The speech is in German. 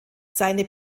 seine